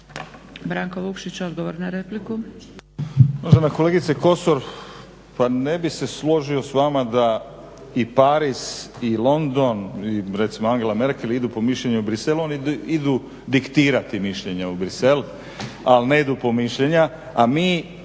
Branko Vukšić, odgovor na repliku.